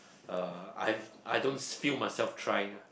uh I've I don't s~ feel myself trying